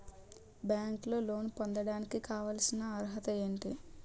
బ్యాంకులో లోన్ పొందడానికి కావాల్సిన అర్హత ఏంటి?